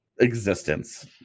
existence